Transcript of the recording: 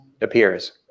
appears